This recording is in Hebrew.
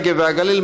הנגב והגליל,